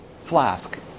flask